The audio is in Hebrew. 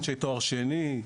אנשי תואר שני,